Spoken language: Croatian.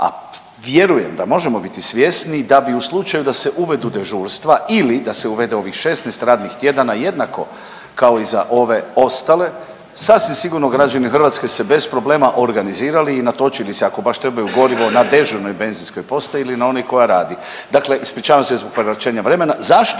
A vjerujem da možemo biti svjesni da bi u slučaju da se uvedu dežurstva ili da se uvede ovih 16 radnih tjedana jednako kao i za ove ostale sasvim sigurno građani Hrvatske se bez problema organizirali i natočili si ako trebaju gorivo na dežurnoj benzinskoj postaji ili na onoj koja radi. Dakle, ispričavam se zbog prekoračenja vremena